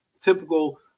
typical